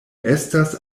estas